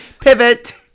Pivot